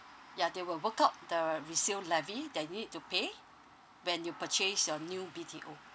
ya they will work out the resale levy that you need to pay when you purchase your new B_T_O